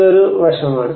ഇത് ഒരു വശമാണ്